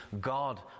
God